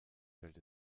fällt